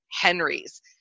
Henrys